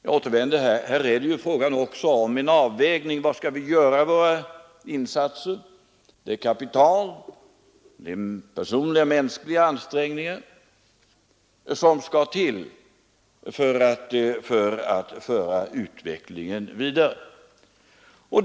Här är det ju också fråga om en avvägning med avseende på hur vi skall göra våra insatser. Det gäller kapital, personliga och mänskliga ansträngningar som skall till för att föra utvecklingen vidare.